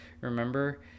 remember